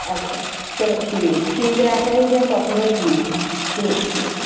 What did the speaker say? अच्छा ठीक ठीक डॉक्टर साहब में तुसेंगी परसों दस्सनी आं ठीक ठीक